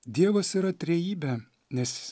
dievas yra trejybę nes